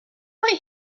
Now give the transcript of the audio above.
quite